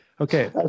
Okay